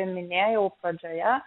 minėjau pradžioje